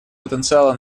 потенциала